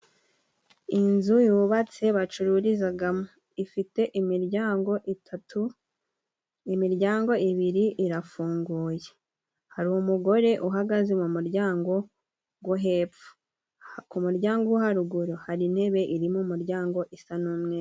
Inzu yubatse bacururizagamo ifite imiryango itatu. Imiryango ibiri irafunguye, hari umugore uhagaze mu muryango go hepfo, ku muryango wo haruguru hari intebe iri mu muryango isa n'umweru.